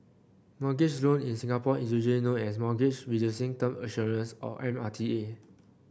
mortgage loan in Singapore is usually known as Mortgage Reducing Term Assurance or M R T A